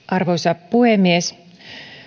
arvoisa puhemies